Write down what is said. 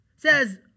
says